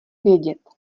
vědět